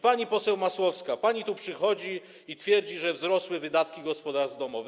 Pani poseł Masłowska, pani tu przychodzi i twierdzi, że wzrosły wydatki gospodarstw domowych.